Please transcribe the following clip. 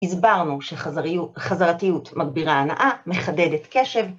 הסברנו שחזרתיות מגבירה הנאה מחדדת קשב.